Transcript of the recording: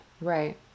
Right